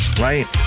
right